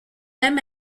même